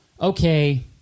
okay